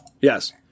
Yes